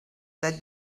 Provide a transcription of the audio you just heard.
that